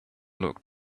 looked